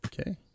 Okay